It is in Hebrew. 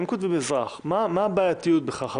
אם כותבים "אזרח", מה הבעייתיות בכך?